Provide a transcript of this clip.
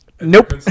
Nope